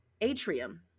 atrium